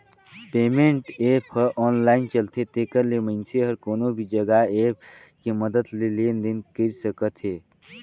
payment app ह online चलथे तेखर ले मइनसे हर कोनो भी जघा ऐप के मदद ले लेन देन कइर सकत हे